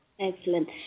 Excellent